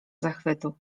zachwytu